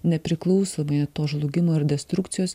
nepriklausomai žlugimo ir destrukcijos